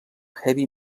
heavy